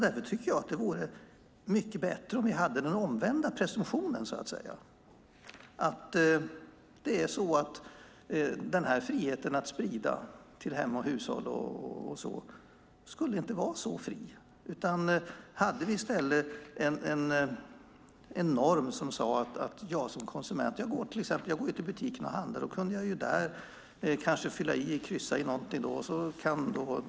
Därför tycker jag att det vore mycket bättre om vi hade den omvända presumtionen när det gäller friheten att sprida sitt budskap till hem och hushåll. Det borde inte vara så fritt. Vi kan i stället ha en norm som säger till exempel att jag som konsument kan fylla i eller kryssa i någonting när jag går till butiken och handlar.